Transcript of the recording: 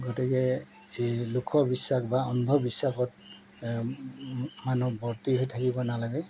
গতিকে এই লোকবিশ্বাস বা অন্ধবিশ্বাসত মানুহ বৰ্তি হৈ থাকিব নালাগে